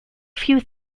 few